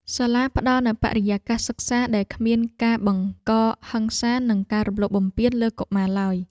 សាលាផ្តល់នូវបរិយាកាសសិក្សាដែលគ្មានការបង្កហិង្សានិងការរំលោភបំពានលើកុមារឡើយ។